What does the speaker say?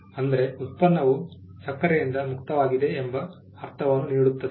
ಅಂದರೆ ಉತ್ಪನ್ನವು ಸಕ್ಕರೆಯಿಂದ ಮುಕ್ತವಾಗಿದೆ ಎಂಬ ಅರ್ಥವನ್ನು ನೀಡುತ್ತದೆ